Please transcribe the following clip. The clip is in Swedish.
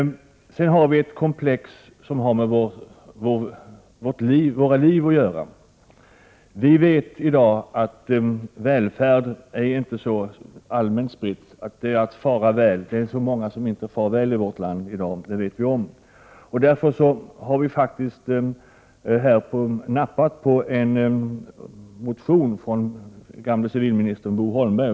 Sedan har vi ett komplex som har med våra liv att göra. Välfärd är att fara väl, och att många inte far väl i vårt land i dag, det vet vi om. Därför har vi nappat på en motion från förre civilministern Bo Holmberg.